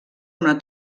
una